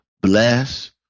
Bless